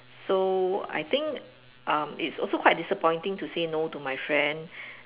so I think um it's also quite disappointing to say no to my friend